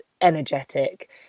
energetic